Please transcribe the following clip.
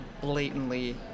blatantly